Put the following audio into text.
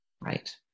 right